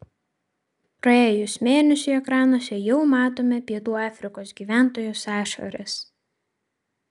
praėjus mėnesiui ekranuose jau matome pietų afrikos gyventojos ašaras